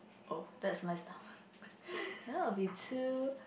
oh that's my stomach cannot will be too